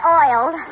oiled